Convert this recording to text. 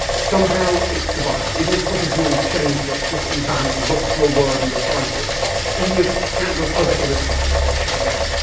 somehow it survived, even as twitter's rules changed to explicitly ban look for a word and reply to it bots, even as countless other irritants got shut down.